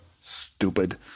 stupid